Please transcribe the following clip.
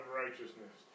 righteousness